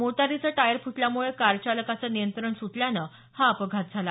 मोटारीचं tyre फुटल्यामुळं car चालकाचं नियंत्रण सुटल्यानं हा अपघात घडला